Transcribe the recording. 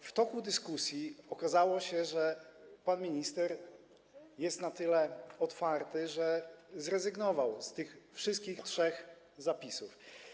W toku dyskusji okazało się, że pan minister jest na tyle otwarty, że zrezygnował z tych wszystkich trzech zapisów.